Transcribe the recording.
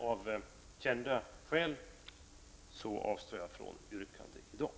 Av kända skäl avstår jag från att framställa något yrkande.